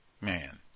man